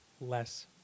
less